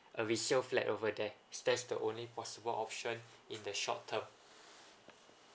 a resale flat over there that's the only possible option in the short term